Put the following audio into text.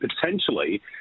potentially